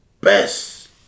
best